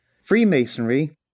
Freemasonry